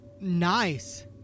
nice